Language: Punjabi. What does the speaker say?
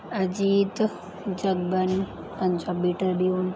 ਅਜੀਤ ਜਗ ਬਾਣੀ ਪੰਜਾਬੀ ਟ੍ਰਿਬਿਉਨ